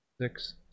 six